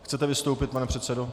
Chcete vystoupit, pane předsedo?